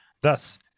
Thus